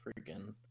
freaking